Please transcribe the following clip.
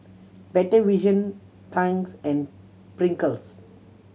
Better Vision Tangs and Pringles